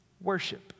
worship